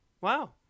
wow